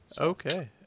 Okay